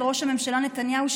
ראש הממשלה נתניהו,